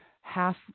half